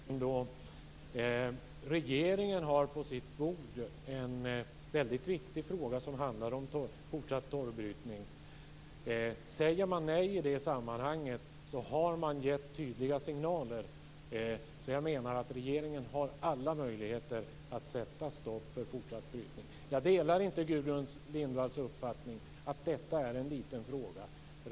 Fru talman! Jag vill göra ett kort inlägg. Regeringen har på sitt bord en väldigt viktig fråga som handlar om fortsatt torvbrytning. Säger man nej i det sammanhanget har man givit tydliga signaler. Jag menar att regeringen har alla möjligheter att sätta stopp för fortsatt brytning. Jag delar inte Gudrun Lindvalls uppfattning att det är en liten fråga.